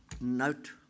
note